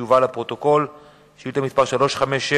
ט"ו באב התשס"ט (5 באוגוסט